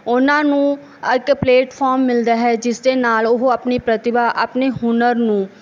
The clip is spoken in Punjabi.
ਉਨ੍ਹਾਂ ਨੂੰ ਇੱਕ ਪਲੇਟਫੋਮ ਮਿਲਦਾ ਹੈ ਜਿਸ ਦੇ ਨਾਲ ਉਹ ਆਪਣੀ ਪ੍ਰਤਿਭਾ ਆਪਣੇ ਹੁਨਰ ਨੂੰ